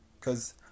cause